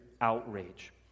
outrage